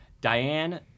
Diane